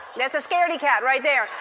that's a scaredy-cat right there.